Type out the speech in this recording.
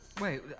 Wait